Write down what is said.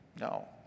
No